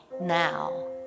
now